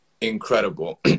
incredible